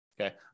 okay